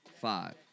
five